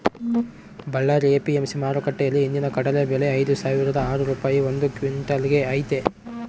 Ballari APMC ಮಾರುಕಟ್ಟೆಯಲ್ಲಿ ಇಂದಿನ ಕಡಲೆ ಬೆಲೆ ಐದುಸಾವಿರದ ಆರು ರೂಪಾಯಿ ಒಂದು ಕ್ವಿನ್ಟಲ್ ಗೆ ಐತೆ